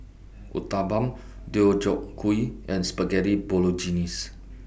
Uthapam Deodeok Gui and Spaghetti Bolognese